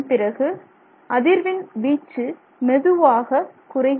அதன் பிறகு அதிர்வின் வீச்சு மெதுவாக குறைகிறது